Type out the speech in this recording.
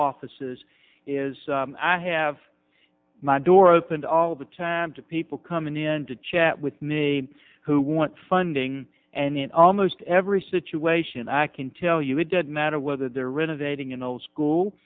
offices is i have my door opened all the time to people coming in to chat with me who want funding and in almost every situation i can tell you it doesn't matter whether they're renovating an old school